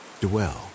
dwell